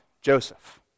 Joseph